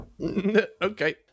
Okay